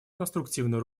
конструктивную